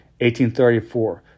1834